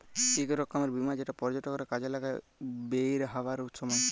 ইক রকমের বীমা যেট পর্যটকরা কাজে লাগায় বেইরহাবার ছময়